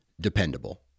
dependable